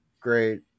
great